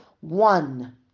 one